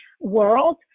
world